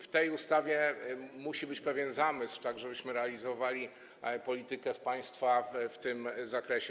W tej ustawie musi być pewien zamysł, tak żebyśmy realizowali politykę państwa w tym zakresie.